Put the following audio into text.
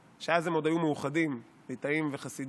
שאז הם עוד היו מאוחדים, ליטאים וחסידים,